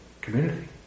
community